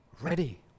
ready